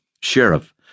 Sheriff